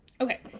okay